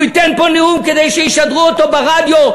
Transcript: והוא ייתן פה נאום כדי שישדרו אותו ברדיו,